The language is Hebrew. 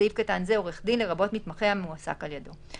בסעיף קטן זה "עורך דין" לרבות מתמחה המועסק על ידו.